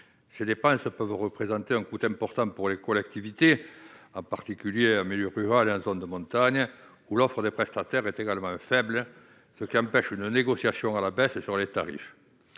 Ces dépenses peuvent représenter un coût important pour les collectivités, en particulier en milieu rural et en zone de montagne, où l'offre de prestataires est souvent faible, ce qui empêche une négociation des tarifs.